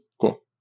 Cool